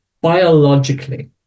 biologically